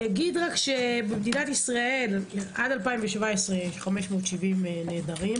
במדינת ישראל עד 2017 יש 570 נעדרים